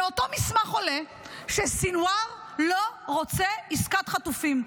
מאותו מסמך עולה שסנוואר לא רוצה עסקת חטופים.